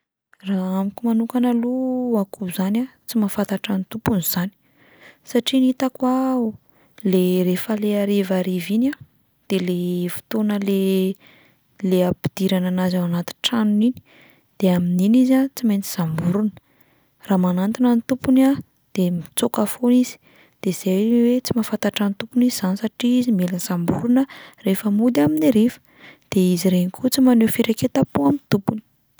Raha amiko manokana aloha, akoho zany a tsy mahafantatra ny tompony izany, satria ny hitako a le rehefa le harivariva iny a, de le fotoana le- le ampidirana anazy ao anaty tranony iny, de amin'iny izy a tsy maintsy samborina, raha manantona ny tompony a, de mitsoaka foana izy, de zay 'lay hoe tsy mahafantatra ny tompony izy zany satria izy mila samborina rehefa mody amin'ny hariva. De izy ireny koa tsy maneho firaiketam-po amin'ny tompony.